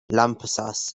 lampasas